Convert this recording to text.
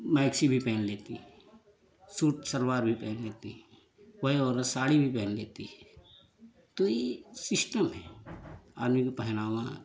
maxi भी पहन लेती है सूट सलवार भी पहन लेती है वही औरत साड़ी भी पहन लेती है तो ये सिस्टम है आदमी का पहनावा